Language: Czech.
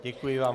Děkuji vám.